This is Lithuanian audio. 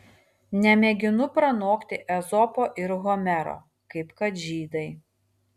nemėginu pranokti ezopo ir homero kaip kad žydai